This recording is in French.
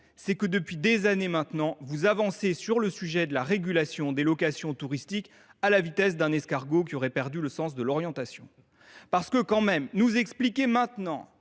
est que depuis des années maintenant, vous avancez sur le sujet de la régulation des locations touristiques à la vitesse d’un escargot qui aurait perdu le sens de l’orientation. C’est un massacre à la tronçonneuse